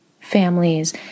families